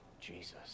Jesus